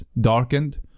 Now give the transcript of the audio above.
darkened